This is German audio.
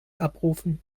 abrufen